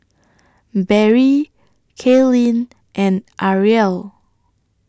Barrie Kalyn and Arielle